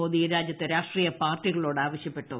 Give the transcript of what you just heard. മോദി രാജ്യത്തെ രാഷ്ട്രീയ പാർട്ടികളോട് ആവശ്യപ്പെട്ടു